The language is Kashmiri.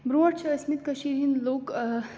برٛونٛٹھ چھِ ٲسۍمٕتۍ کٔشیٖرِ ہِنٛدۍ لُکھ